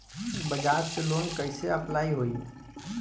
बज़ाज़ से लोन कइसे अप्लाई होई?